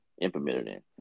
implemented